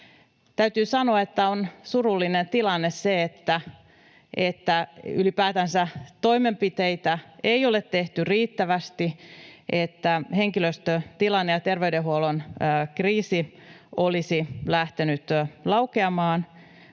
Täytyy sanoa, että on surullinen tilanne se, että ylipäätänsä toimenpiteitä ei ole tehty riittävästi, niin että henkilöstötilanne ja terveydenhuollon kriisi olisi lähtenyt laukeamaan,